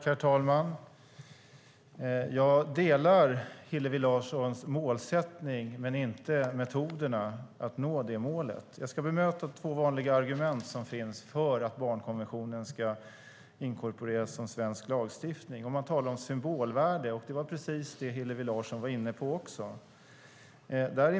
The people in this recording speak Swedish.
Herr talman! Jag delar Hillevi Larssons målsättning men inte metoderna att nå det målet. Jag ska bemöta två vanliga argument som finns för att barnkonventionen ska inkorporeras som svensk lagstiftning. Man talar om symbolvärde, och det var precis det Hillevi Larsson var inne på också.